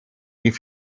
die